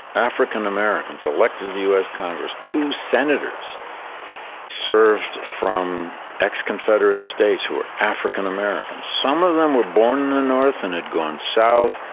african americans elected to the us congress. two senators served from ex-confederate states who were african americans. some of them were born in the north and had gone south,